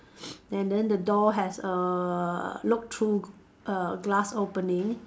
and then the door has a look through err glass opening